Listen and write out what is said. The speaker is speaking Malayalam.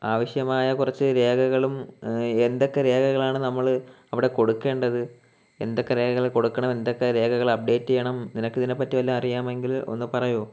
ആവശ്യമായ കുറച്ച് രേഖകളും എന്തൊക്കെ രേഖകളാണ് നമ്മള് അവിടെ കൊടുക്കേണ്ടത് എന്തൊക്കെ രേഖകൾ കൊടുക്കണം എന്തൊക്കെ രേഖകൾ അപ്ഡേറ്റ് ചെയ്യണം നിനക്ക് ഇതിനെ പറ്റി വല്ലതും അറിയാമെങ്കിൽ ഒന്നു പറയാമോ